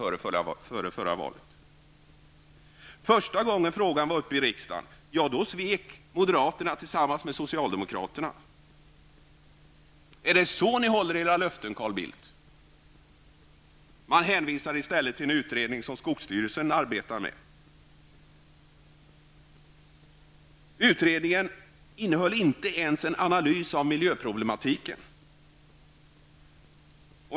Första gången frågan var uppe i riksdagen svek moderaterna tillsammans med socialdemokraterna. Är det så ni håller era löften, Carl Bildt? Man hänvisade i stället till en utredning som skogsstyrelsen arbetade med. Utredningen innehöll inte ens en analys av miljöproblematiken.